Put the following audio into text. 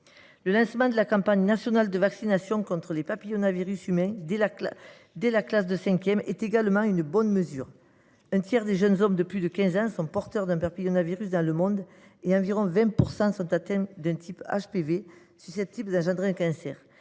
Le lancement de la campagne nationale de vaccination contre les papillomavirus humains dès la classe de cinquième est également une bonne mesure. Dans le monde, un tiers des jeunes hommes de plus de 15 ans est porteur d’un papillomavirus et environ 20 % sont atteints d’un type de HPV susceptible d’engendrer un cancer.